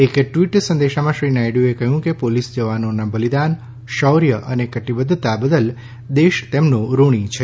એક ટ્વીટ સંદેશમાં શ્રી નાયડએ કહ્યું કે પોલીસ જવાનોના બલિદાન શૌર્ય અને કટિબદ્વતા બદલ દેશ તેમનો ઋણી છે